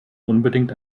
unbedingt